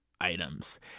items